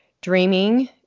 dreaming